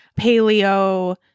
paleo